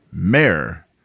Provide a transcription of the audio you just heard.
Mayor